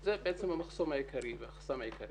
זה בעצם המחסום והחסם העיקרי.